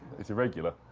it's irregular,